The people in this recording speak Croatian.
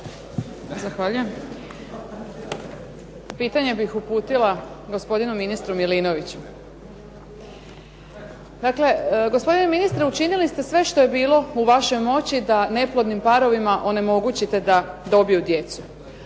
Zahvaljujem. Pitanje bih uputila gospodinu ministru Milinoviću. Dakle, gospodine ministre učinili ste sve što je bilo u vašoj moći da neplodnim parovima onemogućite da dobiju djecu.